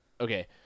okay